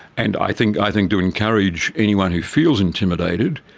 and i think i think to encourage anyone who feels intimidated,